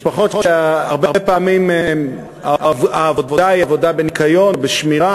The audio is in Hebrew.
משפחות שהרבה פעמים העבודה היא עבודה בניקיון או בשמירה,